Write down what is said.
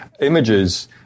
images